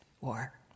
war